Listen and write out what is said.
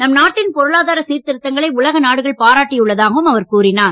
நம் நாட்டின் பொருளதார சீர்திருத்தங்களை உலக நாடுகள் பாராட்டியுள்ளதாகவும் அவர் கூறினார்